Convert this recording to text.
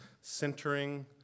centering